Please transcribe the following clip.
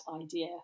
idea